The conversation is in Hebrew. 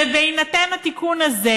ובהינתן התיקון הזה,